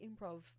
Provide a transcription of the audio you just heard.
improv